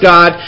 God